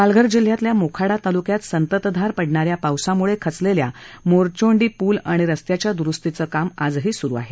पालघर जिल्ह्यातल्या मोखाडा तालुक्यात सततधार पडणाऱ्या पावसामुळे खचलेल्या मोरचोंडी पूल आणि रस्त्याच्या दुरुस्तीचं काम आजही सुरु आहे